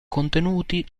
contenuti